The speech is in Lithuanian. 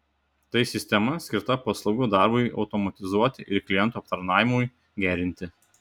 tai sistema skirta paslaugų darbui automatizuoti ir klientų aptarnavimui gerinti